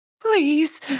Please